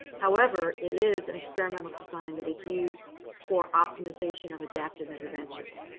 however, it is an experimental design that is used for optimization of adaptive interventions.